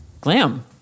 Glam